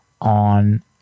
on